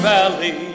Valley